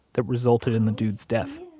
that resulted in the dude's death.